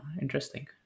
Interesting